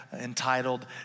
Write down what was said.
entitled